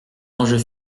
enjeu